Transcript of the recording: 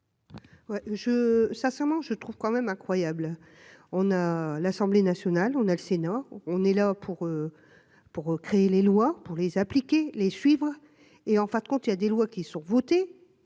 sincèrement je trouve quand même incroyable, on a l'Assemblée nationale, on a le Sénat, on est là pour pour créer les lois pour les appliquer les suivre et en fin de compte, il y a des lois qui sont votées